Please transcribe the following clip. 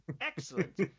Excellent